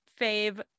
fave